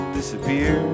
disappear